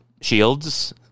shields